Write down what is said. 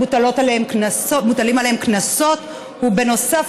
מוטלים עליהן קנסות, ובנוסף